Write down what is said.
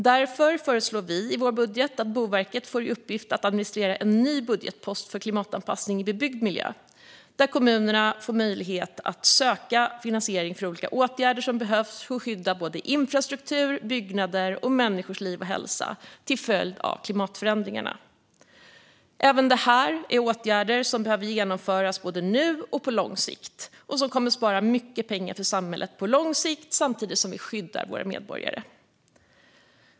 Därför föreslår vi i vår budget att Boverket får i uppgift att administrera en ny budgetpost för klimatanpassning i bebyggd miljö, som ger kommunerna möjlighet att söka finansiering för olika åtgärder som behövs för att skydda både infrastruktur, byggnader och människors liv och hälsa mot effekter av klimatförändringarna. Även detta är åtgärder som behöver genomföras både nu och på lång sikt och som kommer att spara mycket pengar för samhället på lång sikt, samtidigt som vi skyddar våra medborgare.